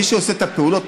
מי שעושה את הפעולות,